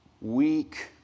weak